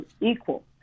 equal